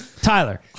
Tyler